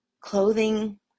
clothing